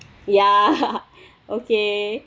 ya okay